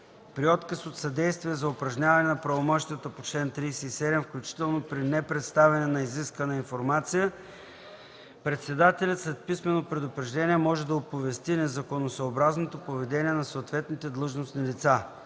„При отказ от съдействие за упражняване на правомощията по чл. 37, включително при непредставяне на изисквана информация, председателят, след писмено предупреждение, може да оповести незаконосъобразното поведение на съответните длъжностни лица”.